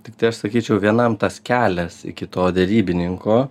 tiktai aš sakyčiau vienam tas kelias iki to derybininko